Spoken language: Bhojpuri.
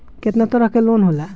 केतना तरह के लोन होला?